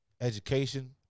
education